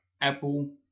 Apple